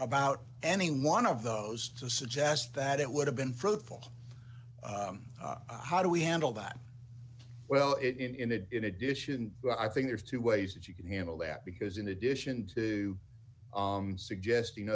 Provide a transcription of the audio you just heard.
about any one of those to suggest that it would have been fruitful how do we handle that well it in it in addition i think there's two ways that you can handle that because in addition to suggesting